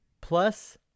plus